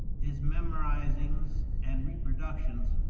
his memorizings and reproductions,